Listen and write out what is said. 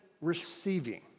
receiving